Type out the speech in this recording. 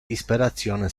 disperazione